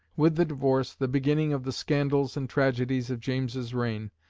with the divorce, the beginning of the scandals and tragedies of james's reign,